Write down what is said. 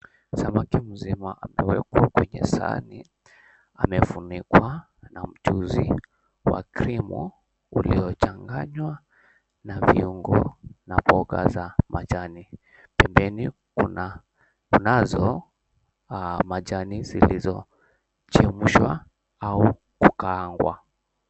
Samaki mzima amewekwa kwenye sahani, amefunikwa na mchuzi wa krimu uliyochanganywa na viungo na mboga za majani. Pembeni kunazo majani zilizochemshwa au kukaangwa.